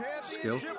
Skill